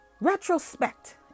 retrospect